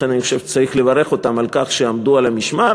ולכן אני חושב שצריך לברך אותם על כך שעמדו על המשמר.